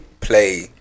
play